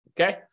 Okay